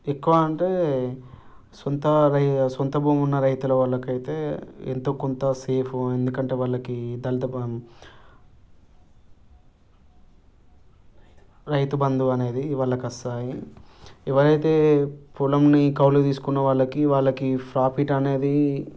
ఎక్కువ అంటే సొంత రై సొంత భూమి ఉన్న రైతుల వాళ్ళకైతే ఎంతో కొంత సేఫ్ ఎందుకంటే వాళ్ళకి దాంతోపాటు రైతు బంధువు అనేది వాళ్ళకి వస్తాయి ఎవరైతే పొలంనీ కౌలుకి తీసుకున్న వాళ్ళకి వాళ్ళకి ప్రాఫిట్ అనేది